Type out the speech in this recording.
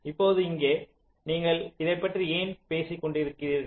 இப்போது இங்கே நீங்கள் இதைப் பற்றி ஏன் பேசிக் கொண்டிருந்தீர்கள்